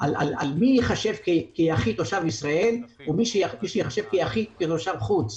על מי ייחשב כיחיד תושב ישראל ומי ייחשב כיחיד תושב חוץ,